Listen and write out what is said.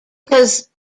because